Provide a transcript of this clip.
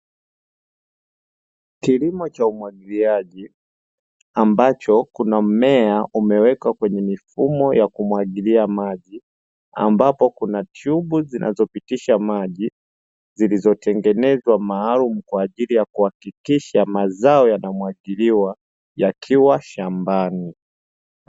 Kilimo cha umwagiliaji ambacho kuna mmea umewekwa kwenye mifumo ya kumwagiliaji maji, ambapo kuna tyubu zinazopitisha maji, zilizotengenezwa maalumu kwa ajili ya kuhakikisha mazao yanamwagiliwa yakiwa shambani.